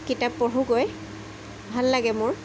কিতাপ পঢ়োঁগৈ ভাল লাগে মোৰ